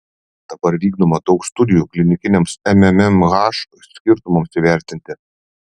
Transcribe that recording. dabar vykdoma daug studijų klinikiniams mmmh skirtumams įvertinti